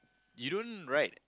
you don't ride